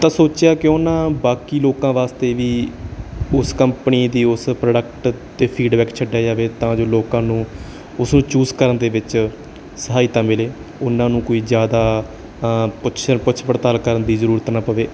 ਤਾਂ ਸੋਚਿਆ ਕਿਉਂ ਨਾ ਬਾਕੀ ਲੋਕਾਂ ਵਾਸਤੇ ਵੀ ਉਸ ਕੰਪਨੀ ਦੀ ਉਸ ਪ੍ਰੋਡਕਟ 'ਤੇ ਫੀਡਬੈਕ ਛੱਡਿਆ ਜਾਵੇ ਤਾਂ ਜੋ ਲੋਕਾਂ ਨੂੰ ਉਸ ਨੂੰ ਚੂਸ ਕਰਨ ਦੇ ਵਿੱਚ ਸਹਾਇਤਾ ਮਿਲੇ ਉਹਨਾਂ ਨੂੰ ਕੋਈ ਜ਼ਿਆਦਾ ਪੁੱਛ ਪੁੱਛ ਪੜਤਾਲ ਕਰਨ ਦੀ ਜ਼ਰੂਰਤ ਨਾ ਪਵੇ